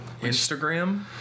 Instagram